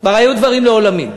כבר היו דברים לעולמים.